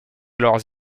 leurs